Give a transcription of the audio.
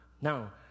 now